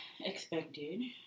Expected